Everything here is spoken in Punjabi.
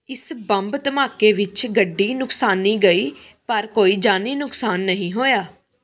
ਇਸ ਬੰਬ ਧਮਾਕੇ ਵਿੱਚ ਗੱਡੀ ਨੁਕਸਾਨੀ ਗਈ ਪਰ ਕੋਈ ਜਾਨੀ ਨੁਕਸਾਨ ਨਹੀਂ ਹੋਇਆ